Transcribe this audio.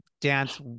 dance